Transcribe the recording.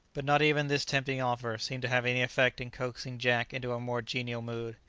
but not even this tempting offer seemed to have any effect in coaxing jack into a more genial mood.